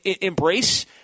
Embrace